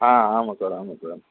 ஆ ஆமாம் சார் ஆமாம் சார்